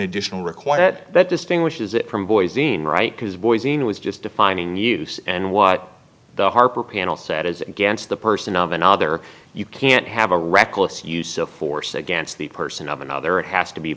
additional require that that distinguishes it from boise and right because boys in was just defining use and what the harper panel said is against the person of another you can't have a reckless use of force against the person of another it has to be